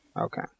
Okay